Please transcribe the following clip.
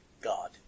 god